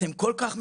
אתם כל כך מפחדים?